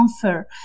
confer